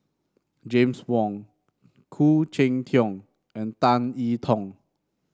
James Wong Khoo Cheng Tiong and Tan I Tong